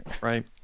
Right